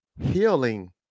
healing